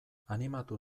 animatu